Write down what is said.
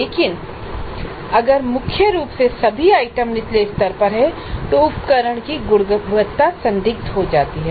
लेकिन अगर मुख्य रूप से सभी आइटम निचले स्तर पर हैं तो उपकरण की गुणवत्ता संदिग्ध हो जाती है